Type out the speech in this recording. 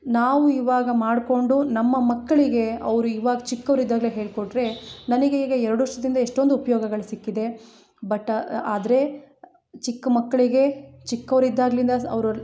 ನಾವು ಇವಾಗ ಮಾಡಿಕೊಂಡು ನಮ್ಮ ಮಕ್ಕಳಿಗೆ ಅವರು ಇವಾಗ ಚಿಕ್ಕವ್ರಿದ್ದಾಗಲೇ ಹೇಳಿಕೊಟ್ರೆ ನನಗೀಗ ಎರಡು ವರ್ಷದಿಂದ ಎಷ್ಟೊಂದು ಉಪ್ಯೋಗಗಳು ಸಿಕ್ಕಿದೆ ಬಟ್ ಆದರೆ ಚಿಕ್ಕ ಮಕ್ಕಳಿಗೆ ಚಿಕ್ಕವರಿದ್ದಾಗ್ಲಿಂದ ಅವರು